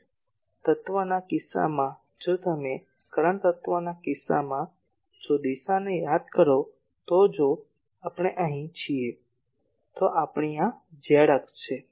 current તત્વના કિસ્સામાં જો તમે કરંટ તત્વના કિસ્સામાં જો દિશાને યાદ કરો તો જો આપણે અહીં છીએ તો આ આપણી z અક્ષ છે